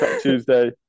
tuesday